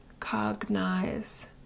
Cognize